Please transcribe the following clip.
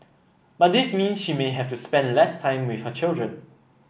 but this means she may have to spend less time with her children